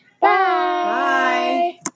Bye